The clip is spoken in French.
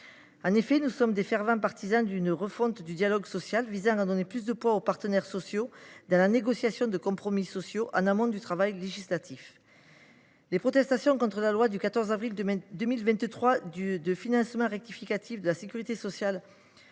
En effet, nous sommes de fervents partisans d’une refonte du dialogue social visant à donner plus de poids aux partenaires sociaux dans la négociation de compromis sociaux, en amont du travail législatif. Les protestations contre la loi du 14 avril dernier de financement rectificative de la sécurité sociale